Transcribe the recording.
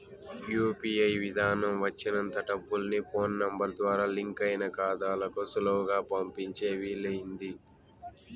UPI విదానం వచ్చినంత డబ్బుల్ని ఫోన్ నెంబరు ద్వారా లింకయిన కాతాలకు సులువుగా పంపించే వీలయింది